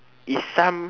is some